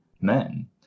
men